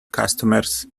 customers